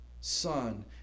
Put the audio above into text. son